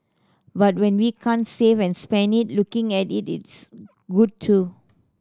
but when we can't save and spend it looking at it is good too